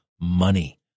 money